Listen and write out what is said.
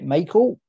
Michael